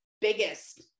biggest